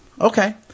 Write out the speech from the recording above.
Okay